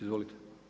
Izvolite.